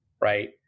right